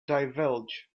divulge